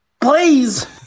Please